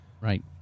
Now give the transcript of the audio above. Right